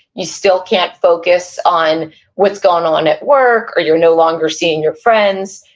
you still can't focus on what's going on at work, or you're no longer seeing your friends,